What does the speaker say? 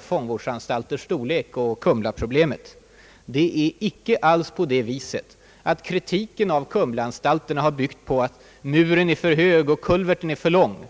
fångvårdsanstalters storlek och Kumlaproblemet. Det är inte alls så att kritiken mot Kumla-anstalten har byggt på att muren är för hög och att kulverten är för lång.